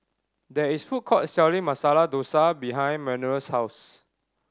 there is a food court selling Masala Dosa behind Manuel's house